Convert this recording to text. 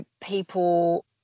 people